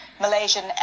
Malaysian